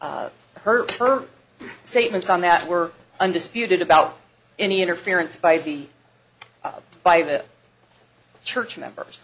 hurt her statements on that were undisputed about any interference by the by the church members